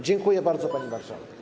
Dziękuję bardzo, pani marszałek.